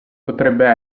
potrebbe